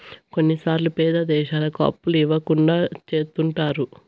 కొన్నిసార్లు పేద దేశాలకు అప్పులు ఇవ్వకుండా చెత్తుంటారు